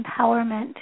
empowerment